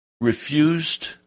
refused